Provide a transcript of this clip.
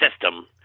system